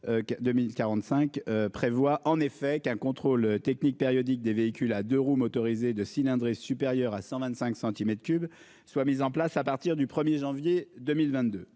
2045 prévoit en effet qu'un contrôle technique périodique des véhicules à 2 roues motorisés de cylindrée supérieure à 125 cm3 soit mise en place à partir du 1er janvier 2022.